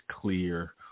clear